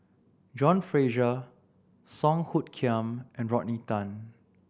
John Fraser Song Hoot Kiam and Rodney Tan